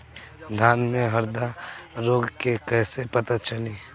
धान में हरदा रोग के कैसे पता चली?